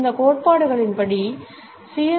இந்த கோட்பாடுகளின்படி சி